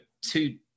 two